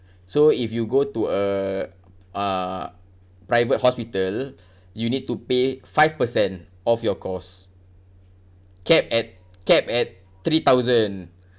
so if you go to a uh private hospital you need to pay five percent of your costs capped at capped at three thousand